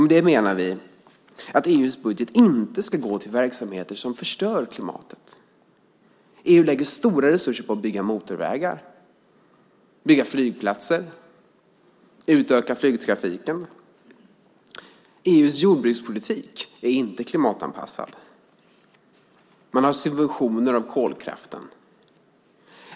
Med det menar vi att EU:s budget inte ska gå till verksamheter som förstör klimatet. EU lägger stora resurser på att bygga motorvägar och flygplatser och på att utöka flygtrafiken. EU:s jordbrukspolitik är inte klimatanpassad. Man har subventioner av kolkraften.